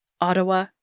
Ottawa